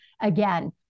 again